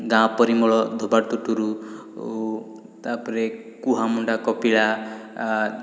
ଗାଁ ପରିମଳ ଧୋବା ତୁଠରୁ ତା'ପରେ କୁହାମୁଣ୍ଡା କପିଳା